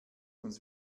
uns